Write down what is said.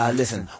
listen